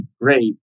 great